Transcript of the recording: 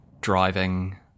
driving